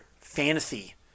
fantasy